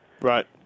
Right